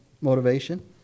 motivation